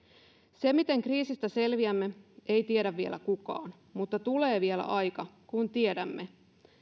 sitä miten kriisistä selviämme ei tiedä vielä kukaan mutta tulee vielä aika kun tiedämme